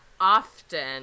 often